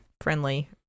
friendly